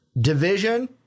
Division